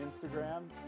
Instagram